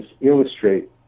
illustrate